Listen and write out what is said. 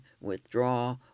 withdraw